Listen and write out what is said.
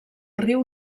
riu